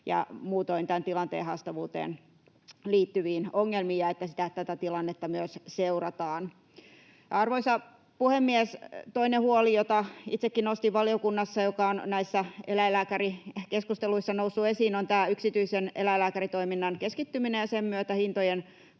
ja muutoin tämän tilanteen haastavuuteen liittyviin ongelmiin, ja tätä tilannetta myös seurataan. Arvoisa puhemies! Toinen huoli, jota itsekin nostin valiokunnassa ja joka on näissä eläinlääkärikeskusteluissa noussut esiin, on tämä yksityisen eläinlääkäritoiminnan keskittyminen ja sen myötä hintojen